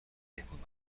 بهبود